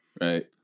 right